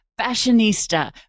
fashionista